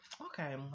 Okay